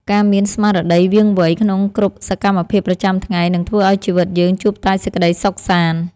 ការមានស្មារតីរវាងវៃក្នុងគ្រប់សកម្មភាពប្រចាំថ្ងៃនឹងធ្វើឱ្យជីវិតយើងជួបតែសេចក្តីសុខសាន្ត។